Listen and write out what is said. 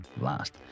last